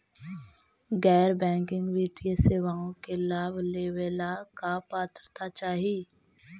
गैर बैंकिंग वित्तीय सेवाओं के लाभ लेवेला का पात्रता चाही?